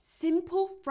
simple